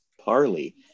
parley